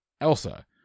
Elsa